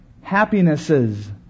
happinesses